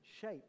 shape